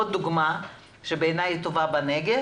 עוד דוגמה טובה בעיני בנגב,